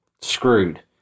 screwed